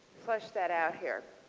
flush that out here.